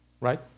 right